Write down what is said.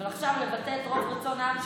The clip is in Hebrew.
אבל עכשיו לבטא את רוב רצון העם,